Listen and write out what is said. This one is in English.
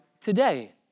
today